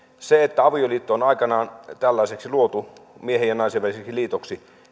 se että avioliitto on aikanaan tällaiseksi luotu miehen ja naisen väliseksi liitoksi